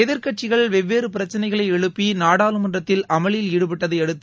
எதிர்க்கட்சிகள் வெவ்வேறு பிரச்சளைகளை எழுப்பி நாடாளுமன்றத்தில் அமளியில் ஈடுபட்டதையடுத்து